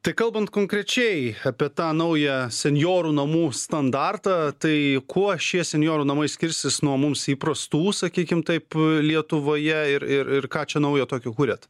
tai kalbant konkrečiai apie tą naują senjorų namų standartą tai kuo šie senjorų namai skirsis nuo mums įprastų sakykim taip lietuvoje ir ir ir ką čia naujo tokio kuriat